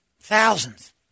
Thousands